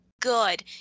good